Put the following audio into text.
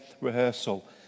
Rehearsal